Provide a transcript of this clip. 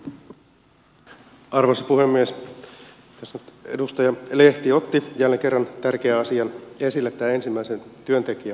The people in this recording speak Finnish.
tässä edustaja lehti otti jälleen kerran tärkeän asian esille tämän ensimmäisen työntekijän palkkaamisen